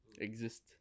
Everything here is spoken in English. exist